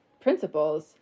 principles